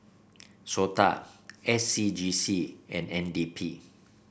SOTA S C G C and N D P